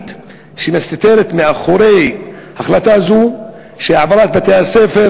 האמיתית שמסתתרת מאחורי החלטה זו היא שהעברת בתי-הספר